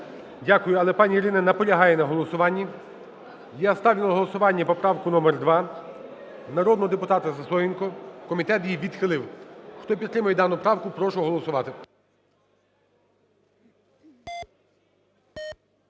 Дякую. Але пані Ірина наполягає на голосуванні. Я ставлю на голосування поправку номер 2 народного депутата Сисоєнко. Комітет її відхилив. Хто підтримує дану правку, прошу голосувати.